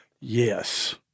yes